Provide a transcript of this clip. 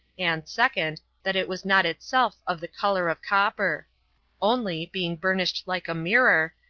and, second, that it was not itself of the colour of copper only, being burnished like a mirror,